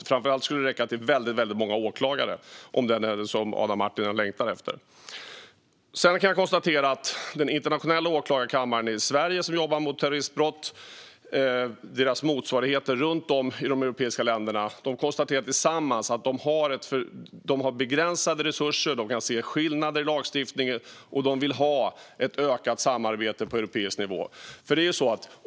Det skulle framför allt räcka till väldigt många åklagare, om det är vad Adam Marttinen längtar efter. Den internationella åklagarkammaren i Sverige som jobbar mot terroristbrott och motsvarigheterna runt om i de europeiska länderna konstaterar tillsammans att de har begränsade resurser. De kan se skillnader i lagstiftningen, och de vill ha ett ökat samarbete på europeisk nivå.